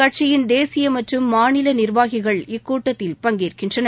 கட்சியின் தேசிய மற்றும் மாநில நிர்வாகிகள் இக்கூட்டத்தில் பங்கேற்கின்றனர்